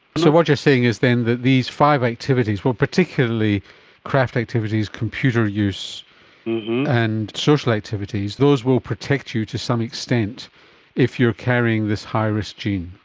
so what you're saying is then that these five activities particularly craft activities, computer use and social activities those will protect you to some extent if you're carrying this high risk gene.